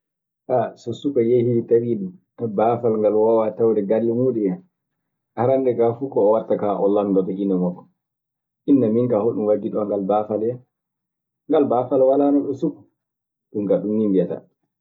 so suka yehi tawi baafal ngal woowaa tawde galle muuɗum, arannde kaa fuu ko oo watta kaa o lanndoto ina makko; inna minkaa woɗum waddi ngal baafal ɗoo ya? ngal baafal walaano ɗoo suku, ɗum kaa ɗum nii mbiyata.